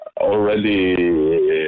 already